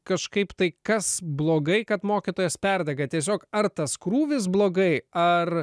kažkaip tai kas blogai kad mokytojas perdega tiesiog ar tas krūvis blogai ar